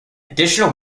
additional